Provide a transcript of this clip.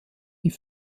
die